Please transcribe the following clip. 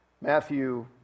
Matthew